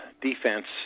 Defense